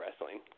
wrestling